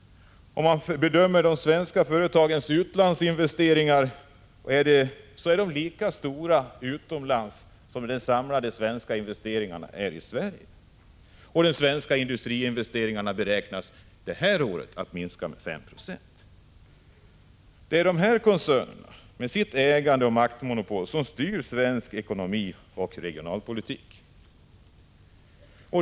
De svenska företagens utlandsinvesteringar är lika stora som de samlade svenska investeringarna i Sverige. De svenska industriinvesteringarna beräknas för det här året minska med 5 76. Det är de här koncernerna, med sitt ägande och maktmonopol, som styr svensk ekonomi och regionalpolitik.